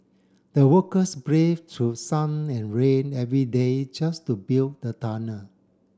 the workers brave to sun and rain every day just to build the tunnel